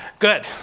good.